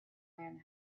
man